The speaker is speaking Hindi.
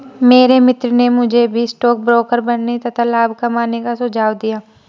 मेरे मित्र ने मुझे भी स्टॉक ब्रोकर बनने तथा लाभ कमाने का सुझाव दिया